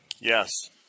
Yes